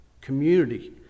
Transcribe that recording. Community